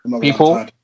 people